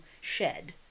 shed